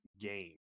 game